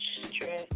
stress